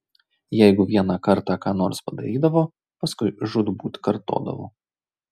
jeigu vieną kartą ką nors padarydavo paskui žūtbūt kartodavo